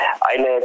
eine